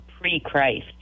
pre-Christ